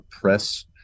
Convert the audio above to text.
press